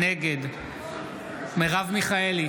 נגד מרב מיכאלי,